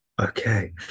Okay